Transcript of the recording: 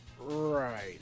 Right